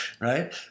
right